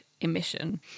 emission